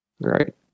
Right